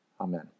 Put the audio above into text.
Amen